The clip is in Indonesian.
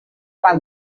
pak